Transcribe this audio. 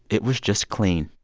it was just clean.